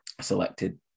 selected